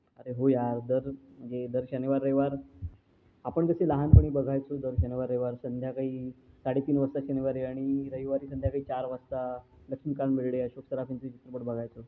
अरे हो यार दर म्हणजे दर शनिवार रविवार आपण कसे लहानपणी बघायचो दर शनिवार रविवार संध्याकाळी साडे तीन वाजता शनिवारी आणि रविवारी संध्याकाळी चार वाजता लक्ष्मीकांत बेर्डे अशोक सराफ यांचे चित्रपट बघायचो